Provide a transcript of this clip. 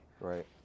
Right